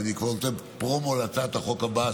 אבל אני כבר נותן פרומו להצעת החוק הבאה,